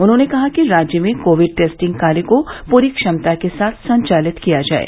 उन्होंने कहा कि राज्य में कोविड टेस्टिंग कार्य को पूरी क्षमता के साथ संचालित किया जाये